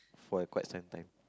for quite some time